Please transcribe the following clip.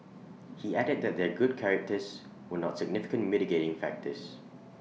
he added that their good characters were not significant mitigating factors